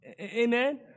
Amen